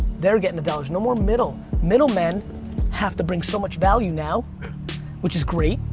they're getting the dollars. no more middle. middle men have to bring so much value now which is great,